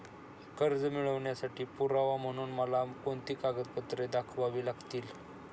कर्ज मिळवण्यासाठी पुरावा म्हणून मला कोणती कागदपत्रे दाखवावी लागतील?